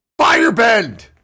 Firebend